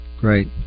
Great